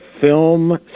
film